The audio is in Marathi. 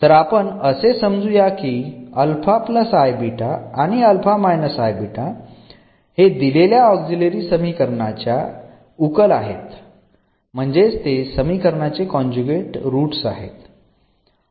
तर आपण असे समजू या की आणि हे दिलेल्या ऑक्झिलरी समीकरणाच्या उकल आहेत म्हणजेच ते समीकरणाचे कॉन्जुगेट रूट्स आहेत